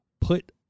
put